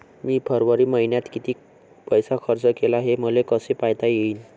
मी फरवरी मईन्यात कितीक पैसा खर्च केला, हे मले कसे पायता येईल?